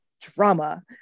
Drama